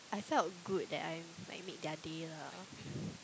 I felt good that I like made their day lah